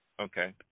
Okay